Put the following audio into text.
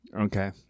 okay